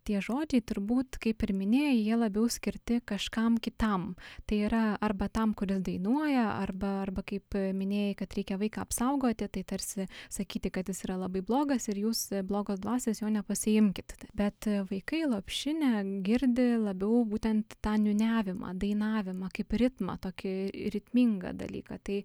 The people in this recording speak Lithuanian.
tie žodžiai turbūt kaip ir minėjai jie labiau skirti kažkam kitam tai yra arba tam kuris dainuoja arba arba kaip minėjai kad reikia vaiką apsaugoti tai tarsi sakyti kad jis yra labai blogas ir jūs blogos dvasios jo nepasiimkit bet vaikai lopšinę girdi labiau būtent tą niūniavimą dainavimą kaip ritmą tokį ritmingą dalyką tai